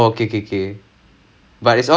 ah இல்லை ஏனா அவங்கே:illai aenaa avangae